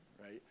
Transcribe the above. right